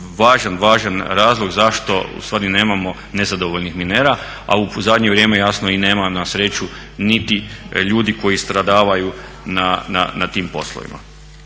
važan, važan razlog zašto u stvari nemamo nezadovoljnih minera. A u zadnje vrijeme jasno i nema na sreću niti ljudi koji stradavaju na tim poslovima.